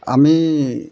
আমি